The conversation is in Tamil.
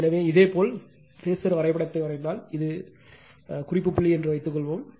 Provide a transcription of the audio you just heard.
எனவே இதேபோல் பேஸர் வரைபடத்தை வரைந்தால் இது இதேபோல் குறிப்பு புள்ளி என்று வைத்துக்கொள்வோம்